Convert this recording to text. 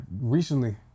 recently